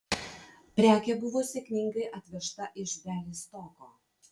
prekė buvo sėkmingai atvežta iš bialystoko